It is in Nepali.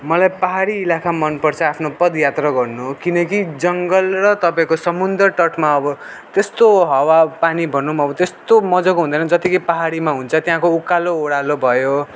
मलाई पाहाडी इलाका मन पर्छ आफ्नो पदयात्रा गर्नु किनकि जङ्गल र तपाईँको समुद्र तटमा अब त्यस्तो हावा पानी भनौँ अब त्यस्तो मजाको हुँदैन जति कि पाहाडीमा हुन्छ त्यहाँको उकालो ओह्रालो भयो